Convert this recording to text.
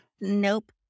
Nope